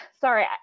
sorry